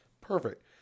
Perfect